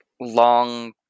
long